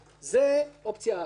זו אפשרות אחת.